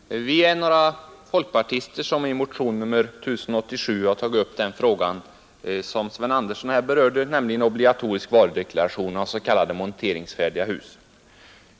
Herr talman! Vi är några folkpartister som i motionen 1087 tagit upp den fråga som herr Sven Andersson berörde, nämligen obligatorisk varudeklaration av s.k. monteringsfärdiga hus.